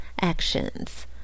actions